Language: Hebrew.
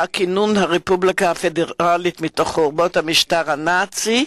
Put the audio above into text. כינון הרפובליקה הפדרלית מתוך חורבות המשטר הנאצי,